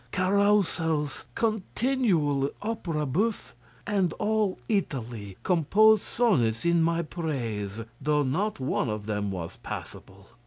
carousals, continual opera bouffe and all italy composed sonnets in my praise, though not one of them was passable.